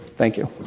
thank you.